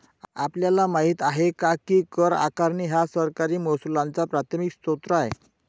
आपल्याला माहित आहे काय की कर आकारणी हा सरकारी महसुलाचा प्राथमिक स्त्रोत आहे